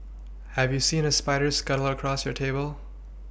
have you seen a spider scuttle across your table